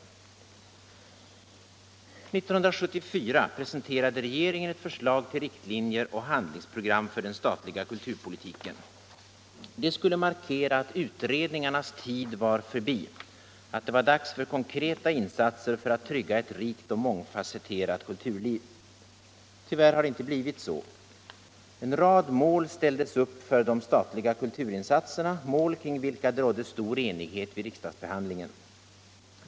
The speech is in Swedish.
1974 presenterade regeringen ett förslag till riktlinjer och handlingsprogram för den statliga kulturpolitiken. Det skulle markera att utredningarnas tid var förbi, att det var dags för konkreta insatser för att trygga ett rikt och mångfasetterat kulturliv. Tyvärr har det inte blivit så. En rad mål ställdes upp för de statliga kulturinsatserna — mål kring vilka det rådde stor enighet vid riksdagsbehandlingen.